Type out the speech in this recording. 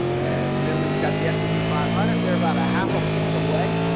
and then we've got the s and p five hundred, they're about a half a point away.